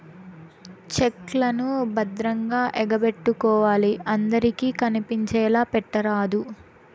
check లను భద్రంగా ఎగపెట్టుకోవాలి అందరికి కనిపించేలా పెట్టరాదు